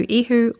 ihu